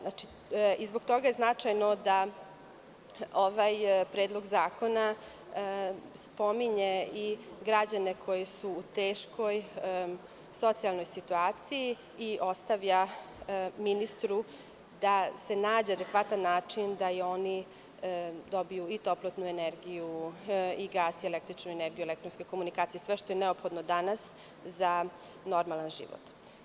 Zbog toga je značajno da ovaj predlog zakona spominje i građane koji su u teškoj socijalnoj situaciji i ostavlja ministru da se nađe adekvatan način da i oni dobiju i toplotnu energiju i gas i električnu energiju, elektronske komunikacije, sve što je neophodno danas za normalna život.